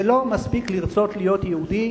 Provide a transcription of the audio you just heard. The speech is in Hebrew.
זה לא מספיק לרצות להיות יהודי,